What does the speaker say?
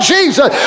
Jesus